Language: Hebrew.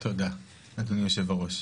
תודה, אדוני היו"ר.